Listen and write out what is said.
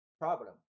problem